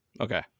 Okay